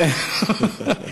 עת להתעשת.